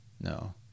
No